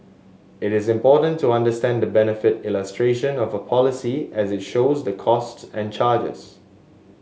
it is important to understand the benefit illustration of a policy as it shows the costs and charges